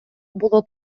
було